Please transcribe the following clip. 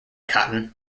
cotton